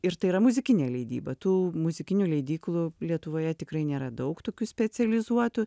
ir tai yra muzikinė leidyba tų muzikinių leidyklų lietuvoje tikrai nėra daug tokių specializuotų